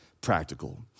practical